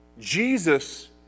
Jesus